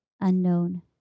unknown